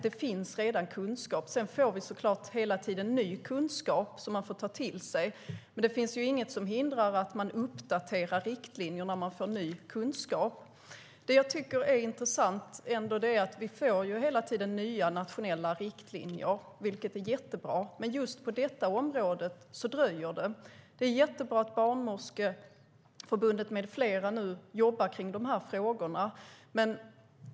Det finns redan kunskap. Sedan får vi såklart hela tiden ny kunskap som vi får ta till oss. Det finns inget som hindrar att man uppdaterar riktlinjerna när man får ny kunskap. Det jag tycker är intressant är att vi hela tiden får nya nationella riktlinjer på olika områden, vilket är jättebra, men just på detta område dröjer det. Det är jättebra att Barnmorskeförbundet med flera jobbar med dessa frågor.